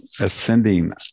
ascending